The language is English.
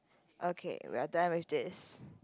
okay we're done with this